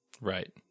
Right